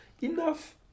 enough